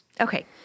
Okay